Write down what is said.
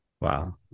Wow